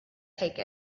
take